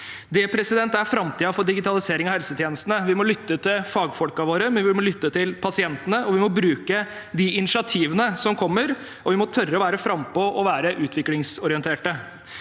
Det er framtiden for digitalisering av helsetjenestene. Vi må lytte til fagfolkene våre, vi må lytte til pasientene, vi må bruke de initiativene som kommer, og vi må tørre å være frampå og utviklingsorienterte.